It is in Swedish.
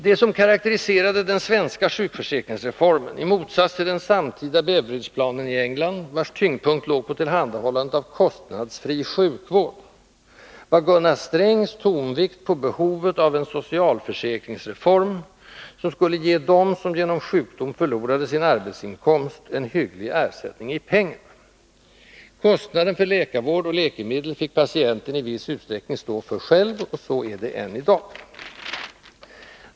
Det som karakteriserade den svenska sjukförsäkringsreformen —i motsats till den samtida Beveridgeplanen i England, vars tyngdpunkt låg på tillhandahållandet av kostnadsfri sjukvård — var Gunnar Strängs tonvikt på behovet av en socialförsäkringsreform, som skulle ge dem som genom sjukdom förlorade sin arbetsinkomst en hygglig ersättning i pengar. Kostnaden för läkarvård och läkemedel fick patienten i viss utsträckning stå för själv, och så är det än i dag.